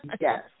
Yes